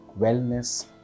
wellness